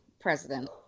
president